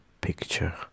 picture